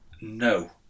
No